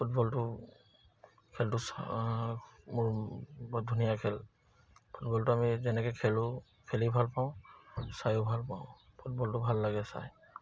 ফুটবলটো খেলটো মোৰ বৰ ধুনীয়া খেল ফুটবলটো আমি যেনেকে খেলো খেলি ভাল পাওঁ চাইও ভাল পাওঁ ফুটবলটো ভাল লাগে চাই